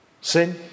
Sin